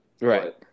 Right